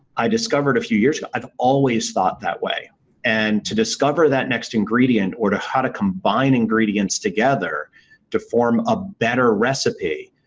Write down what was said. i discovered a few years ago i've always thought that way and to discover that next ingredient or how to combine ingredients together to form a better recipe